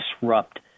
disrupt